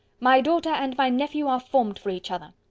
my daughter and my nephew are formed for each other.